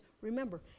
remember